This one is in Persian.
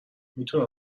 میتونم